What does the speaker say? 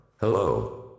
Hello